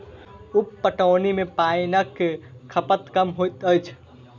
उप पटौनी मे पाइनक खपत कम होइत अछि